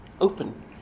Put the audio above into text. open